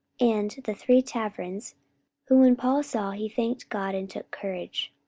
and the three taverns whom when paul saw, he thanked god, and took courage.